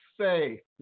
say